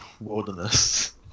Wilderness